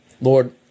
Lord